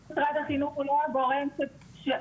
אם אין, משרד החינוך הוא לא הגורם שאוכף.